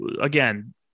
again